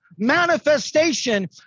manifestation